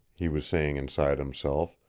he was saying inside himself.